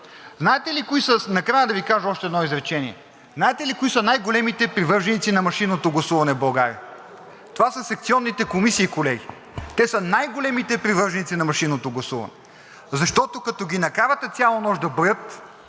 Знаете ли кои са най-големите привърженици на машинното гласуване в България? Това са секционните комисии, колеги, те са най-големите привърженици на машинното гласуване! Защото, като ги накарате цяла нощ да броят,